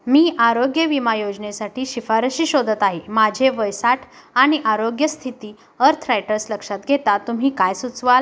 मी आरोग्य विमा योजनेसाठी शिफारशी शोधत आहे माझे वय साठ आणि आरोग्य स्थिती अर्थरायटस लक्षात घेता तुम्ही काय सुचवाल